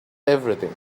everything